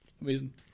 Amazing